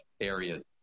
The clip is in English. areas